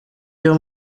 iyo